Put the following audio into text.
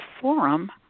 forum